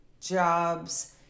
jobs